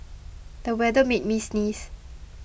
the weather made me sneeze